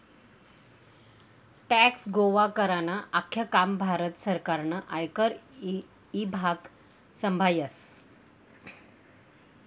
tax गोया करानं आख्खं काम भारत सरकारनं आयकर ईभाग संभायस